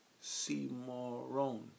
Cimarron